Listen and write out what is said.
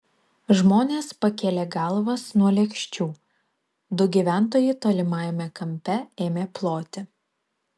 žmonės pakėlė galvas nuo lėkščių du gyventojai tolimajame kampe ėmė ploti